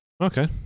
Okay